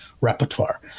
repertoire